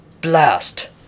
Blast